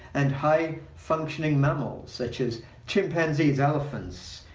and high functioning mammals such as chimpanzees, elephants,